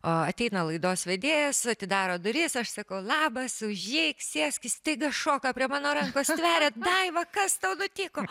o ateina laidos vedėjas atidaro duris aš sakau labas užeik sėskis staiga šoka prie mano rankos stveria daiva kas tau nutiko